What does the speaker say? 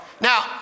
Now